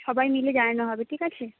সবাই মিলে জানানো হবে ঠিক আছে